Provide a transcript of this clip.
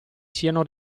siano